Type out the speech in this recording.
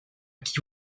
qui